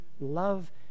love